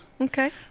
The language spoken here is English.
Okay